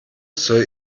soll